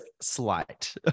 slight